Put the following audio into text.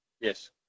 Yes